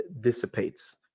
dissipates